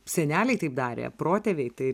seneliai taip darė protėviai tai